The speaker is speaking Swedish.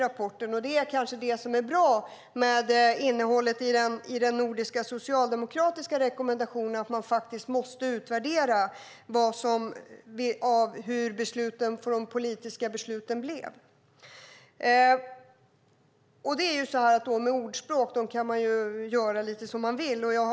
Här är den nordiska socialdemokratiska rekommendationen bra eftersom man här faktiskt kräver att utvärderingar av de politiska besluten måste ske. Med talesätt kan man göra lite som man vill.